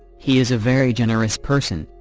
he is a very generous person,